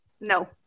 no